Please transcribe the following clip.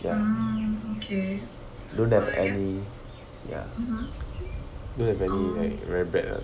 ya don't have any ya don't have any like very bad [one]